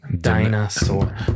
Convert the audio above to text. Dinosaur